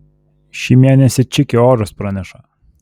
šį mėnesį čiki orus praneša